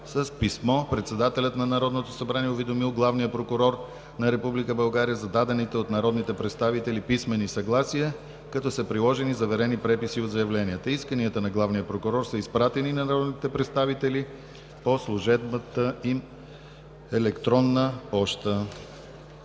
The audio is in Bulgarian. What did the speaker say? С писмо председателят на Народното събрание е уведомил главния прокурор на Република България за дадените от народните представители писмени съгласия, като са приложени заверени преписи от заявленията. Исканията на главния прокурор са изпратени на народните представители по служебната и електронна поща.